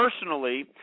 Personally